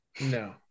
No